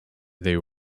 they